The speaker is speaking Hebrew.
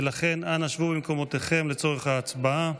ולכן, אנא שבו במקומותיכם לצורך ההצבעה.